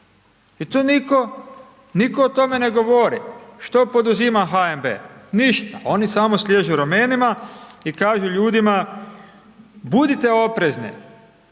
nitko, nitko o tome ne govori, što poduzima HNB? Ništa oni samo sliježu ramenima i kažu ljudima, budite oprezni,